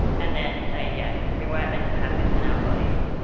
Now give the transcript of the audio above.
and then saying, yes, we weren't meant to have this in our body.